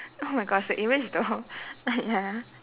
oh my gosh the image though but ya